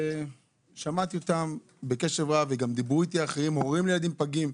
ושמעתי אותם בקשב רב, הורים לילדים פגים.